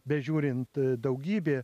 bežiūrint daugybė